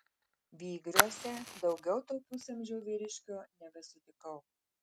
vygriuose daugiau to pusamžio vyriškio nebesutikau